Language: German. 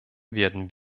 werden